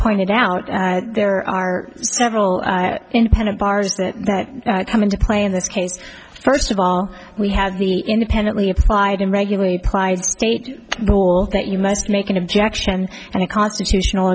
pointed out there are several independent bars that that come into play in this case first of all we had to be independently applied and regularly pride state that you must make an objection and a constitutional